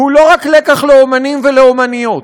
והוא לא רק לקח לאמנים ולאמניות,